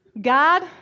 God